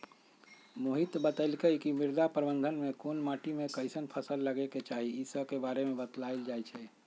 मोहित बतलकई कि मृदा प्रबंधन में कोन माटी में कईसन फसल लगे के चाहि ई स के बारे में बतलाएल जाई छई